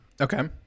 Okay